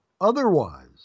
otherwise